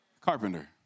carpenter